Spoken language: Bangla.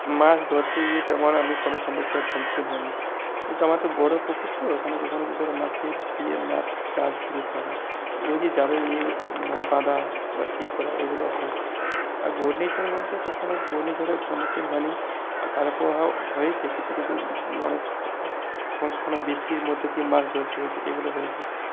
মাছ ধরতে গিয়ে তেমন আমি কোন সমস্যার সম্মুখীন হইনি কিন্তু আমার তো বড়ো পুকুর তো ওখানে কখনো কখনো মাছের ইয়ে মাছ জাল ছিঁড়ে পালায় ওই যে জালের ইয়ে মানে বাঁধা বা ঠিক করার এইগুলো হয় আর ঘুূর্ণিঝড় বলতে কখনো ঘুূর্ণিঝড়ের সম্মুখীন হইনি খারাপ প্রভাব হয়েছে কিছু কিছু মানে কখনো কখনো বৃষ্টির মধ্যে দিয়ে মাছ ধরতে হয়েছে এগুলো হয়েছে